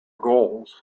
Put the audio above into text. goals